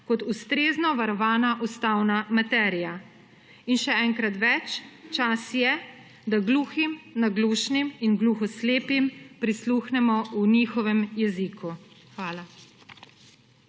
kot ustrezno varovana ustavna materija. In še enkrat več, čas je, da gluhim, naglušnim in gluho slepim prisluhnemo v njihovem jeziku. Hvala.